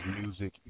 music